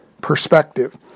perspective